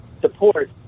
support